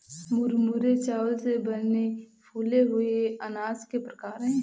मुरमुरे चावल से बने फूले हुए अनाज के प्रकार है